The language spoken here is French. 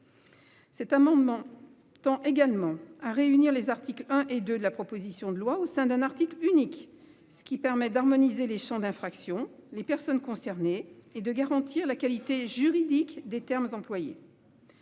Cet amendement tend également à réunir les articles 1 et 2 de la proposition de loi au sein d'un article unique, ce qui permet d'harmoniser les champs d'infraction et les personnes concernées, mais aussi de garantir la qualité juridique des termes employés.